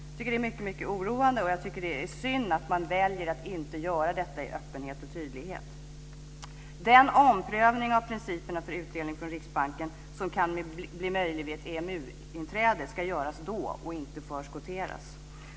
Jag tycker att det är mycket oroande, och jag tycker att det är synd att man väljer att inte göra detta i öppenhet och tydlighet. Den omprövning av principerna för utdelning från riksbanken som kan bli möjlig vid ett EMU-inträde ska göras då, och inte förskotteras. Fru talman!